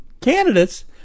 candidates